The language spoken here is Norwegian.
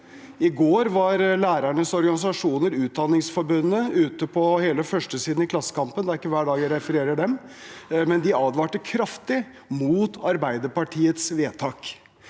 I går var lærernes organisasjoner, bl.a. Utdanningsforbundet, ute på hele førstesiden i Klassekampen – det er ikke hver dag jeg refererer til den – og de advarte kraftig mot Arbeiderpartiets vedtak.